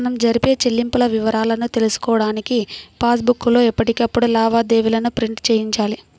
మనం జరిపే చెల్లింపుల వివరాలను తెలుసుకోడానికి పాస్ బుక్ లో ఎప్పటికప్పుడు లావాదేవీలను ప్రింట్ చేయించాలి